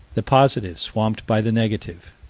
the positive swamped by the negative.